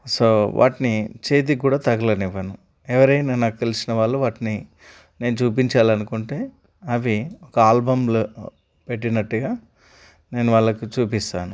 so వాటిని చేతికి కూడా తగలనివ్వను ఎవరైనా నాకు తెలిసిన వాళ్ళు వాటిని నేను చూపించాలనుకుంటే అవి ఒక ఆల్బమ్లో పెట్టినట్టుగా నేను వాళ్ళకి చూపిస్తాను